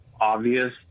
obvious